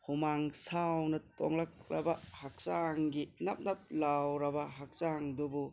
ꯍꯨꯃꯥꯡ ꯁꯥꯎꯅ ꯇꯣꯡꯂꯛꯂꯕ ꯍꯛꯆꯥꯡꯒꯤ ꯅꯞ ꯅꯞ ꯂꯥꯎꯔꯕ ꯍꯛꯆꯥꯡꯗꯨꯕꯨ